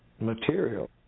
material